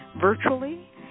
virtually